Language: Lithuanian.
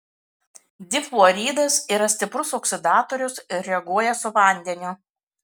difluoridas yra stiprus oksidatorius ir reaguoja su vandeniu